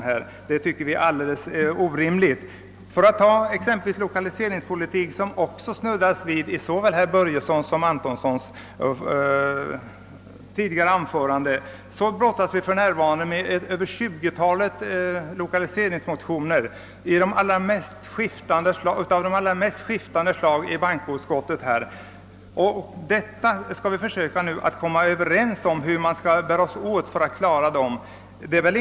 För att som ett exempel ta lokaliseringspolitiken, som både herr Börjesson i Glömminge och herr Antonsson i tidigare anföranden snuddat vid, så brottas vi i bankoutskottet för närvarande med över tjugo lokaliseringsmotioner av de mest skiftande slag, och vi måste försöka komma överens om hur vi skall kunna klara behandlingen av dem.